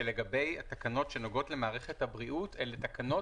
שלגבי התקנות שנוגעות למערכת הבריאות אלה תקנות